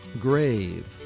Grave